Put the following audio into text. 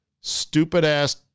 stupid-ass